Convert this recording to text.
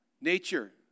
Nature